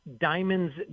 diamonds